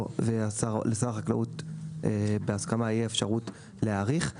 ולשר החקלאות בהסכמה תהיה אפשרות להאריך.